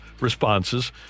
responses